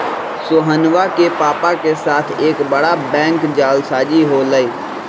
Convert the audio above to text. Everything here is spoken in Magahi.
सोहनवा के पापा के साथ एक बड़ा बैंक जालसाजी हो लय